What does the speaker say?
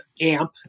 AMP